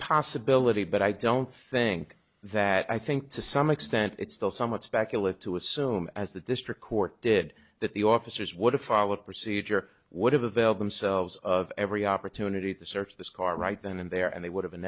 possibility but i don't think that i think to some extent it's still somewhat speculative to assume as the district court did that the officers would have followed procedure would have availed themselves of every opportunity to search this car right then and there and they would have